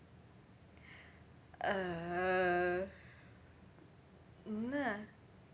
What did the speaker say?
err !hanna!